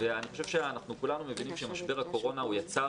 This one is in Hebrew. אנחנו כולנו מבינים שמשבר הקורונה יצר